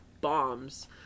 bombs